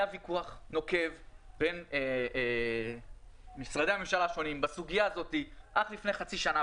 היה ויכוח נוקב בין משרדי הממשלה השונים בסוגיה הזאת אך לפני חצי שנה.